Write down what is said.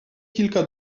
kilka